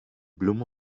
bloom